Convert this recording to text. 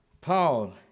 Paul